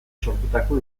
sortutako